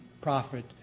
profit